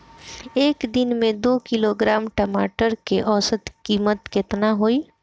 एक दिन में दो किलोग्राम टमाटर के औसत कीमत केतना होइ?